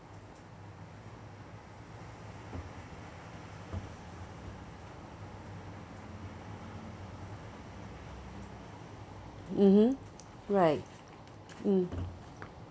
mmhmm right mm